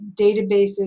databases